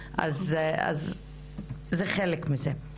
אז זה חלק מזה.